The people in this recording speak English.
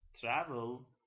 travel